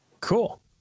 Cool